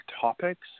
topics